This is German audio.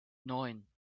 neun